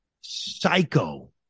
psycho